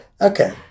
Okay